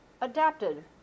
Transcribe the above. adapted